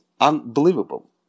unbelievable